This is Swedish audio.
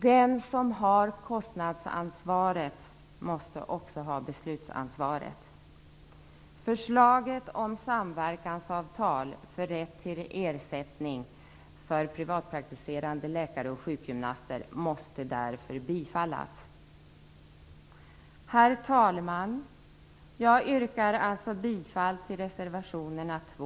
Den som har kostnadsansvaret måste också ha beslutsansvaret. Förslaget om samverkansavtal för rätt till ersättning för privatpraktiserande läkare och sjukgymnaster måste därför bifallas. Herr talman! Jag yrkar bifall till reservationerna 2